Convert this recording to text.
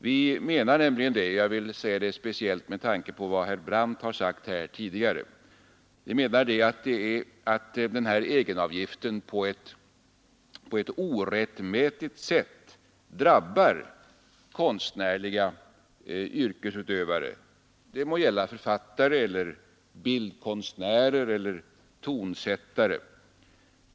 Vi menar nämligen, jag vill anföra det speciellt med tanke på vad herr Brandt sagt tidigare här, att egenavgiften på ett orättmätigt sätt drabbar konstnärliga yrkesutövare — det må gälla författare, bildkonstnärer eller tonsättare.